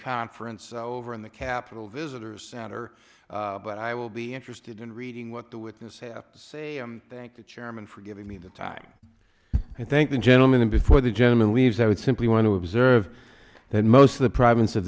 conference over in the capitol visitor center but i will be interested in reading what the witness have to say thank the chairman for giving me the time and thank the gentleman and before the gentleman leaves i would simply want to observe that most of the province of